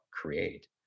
create